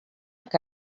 que